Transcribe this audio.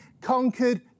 conquered